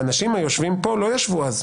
האנשים היושבים פה לא ישבו אז.